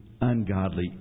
ungodly